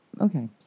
Okay